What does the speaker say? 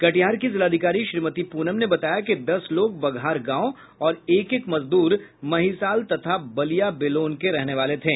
कटिहार की जिलाधिकारी श्रीमती पूनम ने बताया कि दस लोग बघार गांव और एक एक मजदूर महिसाल तथा बलिया बेलोन के रहने वाले थे